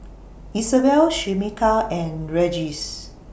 Isabel Shamika and Regis